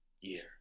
year